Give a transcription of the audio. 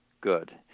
good